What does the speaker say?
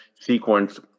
sequence